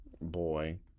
Boy